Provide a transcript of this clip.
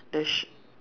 the sh~